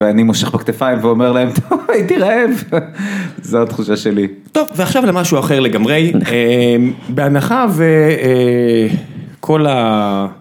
ואני מושך בכתפיים ואומר להם טוב הייתי רעב, זו התחושה שלי, טוב ועכשיו למשהו אחר לגמרי בהנחה וכל ה.